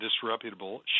disreputable